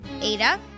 Ada